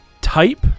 type